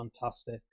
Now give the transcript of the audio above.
fantastic